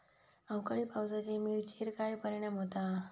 अवकाळी पावसाचे मिरचेर काय परिणाम होता?